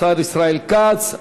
השר ישראל כץ.